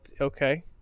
Okay